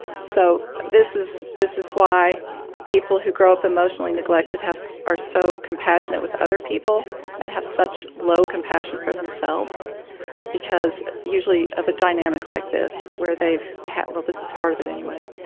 so this is this is why people who grow up emotionally neglected have are so compassionate with other people and have such low compassion for themselves because usually of a dynamic like this, where they've had well, this is part of it, anyway